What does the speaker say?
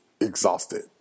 exhausted